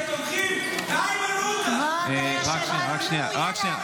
שתומכים באיימן עודה --- רק שנייה.